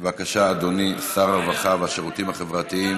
בבקשה, אדוני, שר הרווחה והשירותים החברתיים